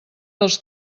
dels